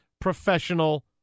professional